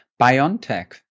biontech